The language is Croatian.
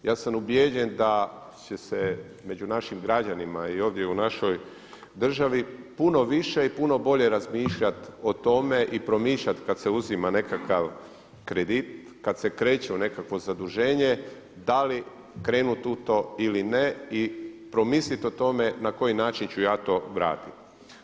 Ja sam ubijeđen da će se među našim građanima i ovdje u našoj državi puno više i puno bolje razmišljati o tome i promišljati kada se uzima nekakav kredit, kada se kreće u nekakvo zaduženje da li krenuti u to ili ne i promisliti o tome na koji način ću ja to vratiti.